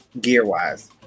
Gear-wise